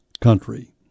country